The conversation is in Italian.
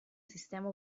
sistema